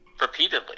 Repeatedly